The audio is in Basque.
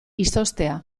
izoztea